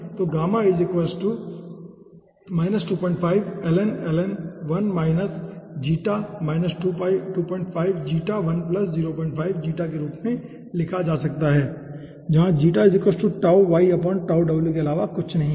तो गामा के रूप में लिखा जा सकता है जहां के अलावा और कुछ नहीं है